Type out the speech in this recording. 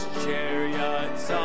chariots